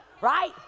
Right